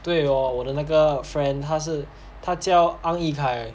对哦我的那个 friend 他是他教 ang yikai